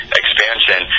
expansion